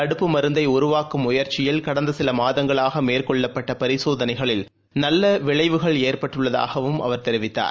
தடுப்பு மருந்தைஉருவாக்கும் முயற்சியில் கடந்தசிலமாதங்களாகமேற்கொள்ளப்பட்ட பரிசோதனைகளில் நல்லவிளைவுகள் ஏற்பட்டுள்ளதாகவும் அவர் தெரிவித்தார்